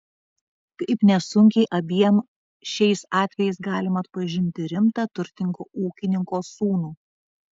kaip nesunkiai abiem šiais atvejais galima atpažinti rimtą turtingo ūkininko sūnų